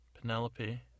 Penelope